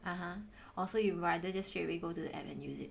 (uh huh) orh so you'd rather just straight away go to the app and use it